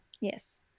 Yes